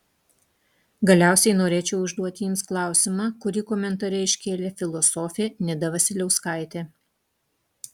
galiausiai norėčiau užduoti jums klausimą kurį komentare iškėlė filosofė nida vasiliauskaitė